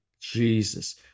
Jesus